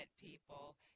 people